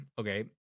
okay